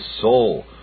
soul